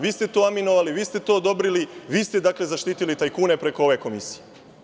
Vi ste to aminovali, vi ste to odobrili, vi ste dakle zaštitili tajkune preko ove komisije.